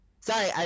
Sorry